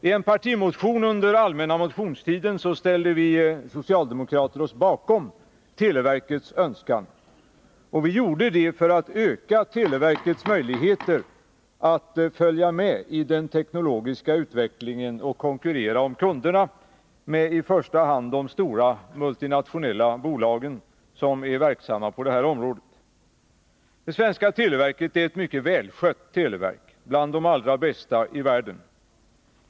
I en partimotion under allmänna motionstiden ställde vi socialdemokrater oss bakom televerkets önskan. Och vi gjorde det för att öka televerkets möjligheter att följa med i den teknologiska utvecklingen och konkurrera om kunderna med i första hand de stora multinationella bolag som är verksamma på det här området. Det svenska televerket är ett mycket välskött televerk, bland de allra bästa i världen.